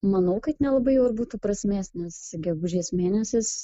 manau kad nelabai būtų prasmės nes gegužės mėnesis